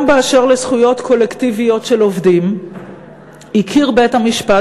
גם באשר לזכויות קולקטיביות של עובדים הכיר בית-המשפט